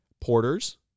Porter's